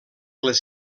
les